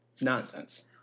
nonsense